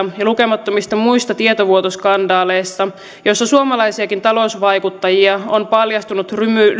ja lukemattomista muista tietovuotoskandaaleista joissa suomalaisiakin talousvaikuttajia on paljastunut